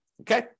okay